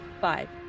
Five